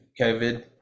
COVID